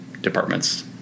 departments